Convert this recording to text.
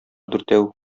дүртәү